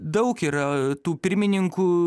daug yra tų pirmininkų